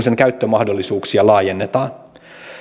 sen käyttömahdollisuuksia laajennetaan